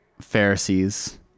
Pharisees